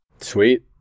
Sweet